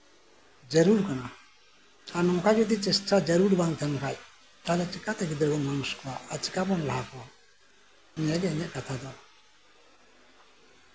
ᱡᱟᱹᱨᱩᱲ ᱠᱟᱱᱟ ᱟᱨ ᱱᱚᱝᱠᱟ ᱡᱚᱫᱤ ᱪᱮᱥᱴᱟ ᱡᱟᱹᱨᱩᱲ ᱠᱟᱱᱟ ᱵᱟᱝ ᱛᱟᱸᱦᱮᱱ ᱠᱷᱟᱡ ᱛᱟᱦᱞᱮ ᱪᱤᱠᱟᱛᱮ ᱜᱤᱫᱽᱨᱟᱹ ᱵᱚᱱ ᱢᱟᱹᱱᱩᱥ ᱠᱚᱣᱟ ᱟᱨ ᱪᱤᱠᱟ ᱵᱚᱱ ᱞᱟᱦᱟ ᱠᱚᱣᱟ ᱱᱤᱭᱟᱹᱜᱮ ᱤᱧᱟᱹᱜ ᱠᱟᱛᱷᱟ ᱫᱚ